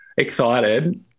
excited